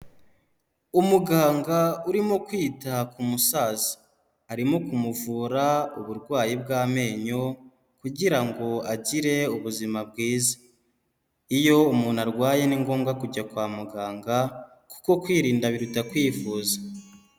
Umuganga urimo kwita ku musaza, arimo kumuvura uburwayi bw'amenyo kugira ngo agire ubuzima bwiza, iyo umuntu arwaye ni ngombwa kujya kwa muganga kuko kwirinda biruta kwivuza.